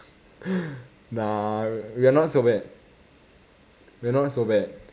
no we are not so bad we are not so bad